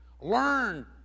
Learn